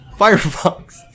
Firefox